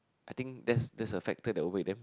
I think that's that's a factor that await them